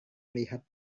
melihat